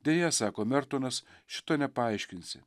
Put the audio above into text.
deja sako mertonas šito nepaaiškinsi